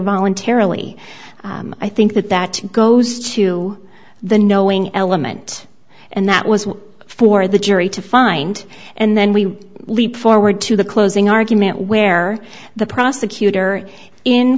voluntarily i think that that goes to the knowing element and that was for the jury to find and then we leap forward to the closing argument where the prosecutor in